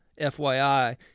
FYI